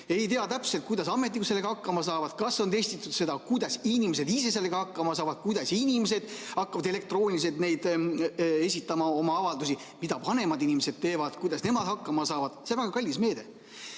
Ei ole täpselt teada, kuidas ametnikud sellega hakkama saavad, kas on testitud seda, kuidas inimesed ise sellega hakkama saavad, kuidas inimesed hakkavad elektrooniliselt esitama oma avaldusi, mida vanemad inimesed teevad, kuidas nemad hakkama saavad. See on väga kallis meede.